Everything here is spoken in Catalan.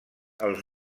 els